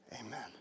amen